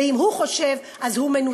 אז הוא מנותק.